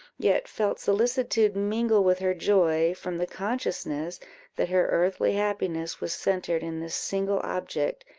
yet felt solicitude mingle with her joy, from the consciousness that her earthly happiness was centred in this single object,